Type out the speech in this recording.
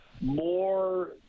more